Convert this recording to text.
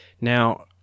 Now